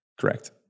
Correct